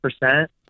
percent